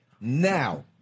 Now